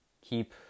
Keep